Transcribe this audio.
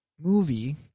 movie